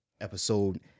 episode